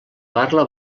parla